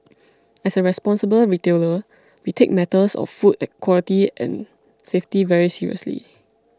as a responsible retailer we take matters of food quality and safety very seriously